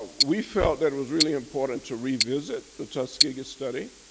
ah we felt that it was really important to revisit the tuskegee study.